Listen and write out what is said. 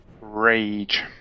rage